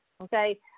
okay